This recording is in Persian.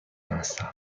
هستم